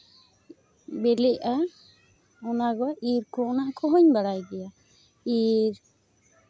ᱵᱤᱞᱤᱜᱼᱟ ᱚᱱᱟᱜᱮ ᱤᱨ ᱠᱚ ᱚᱱᱟ ᱠᱚᱦᱚᱸᱧ ᱵᱟᱲᱟᱭ ᱜᱮᱭᱟ ᱤᱨ